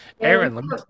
aaron